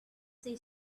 say